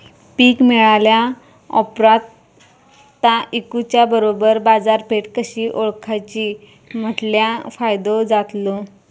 पीक मिळाल्या ऑप्रात ता इकुच्या बरोबर बाजारपेठ कशी ओळखाची म्हटल्या फायदो जातलो?